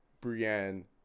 Brienne